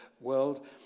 world